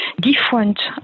different